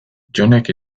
jonek